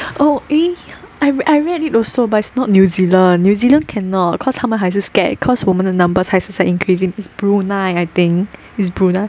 oh eh I I read it also but it's not New Zealand New Zealand cannot cause 他们还是 scared cause 我们的 numbers 还是在 increasing it's Brunei I think is Brunei